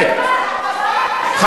שנייה ושלישית,